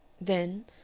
Then